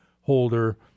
holder